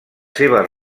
seves